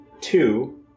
two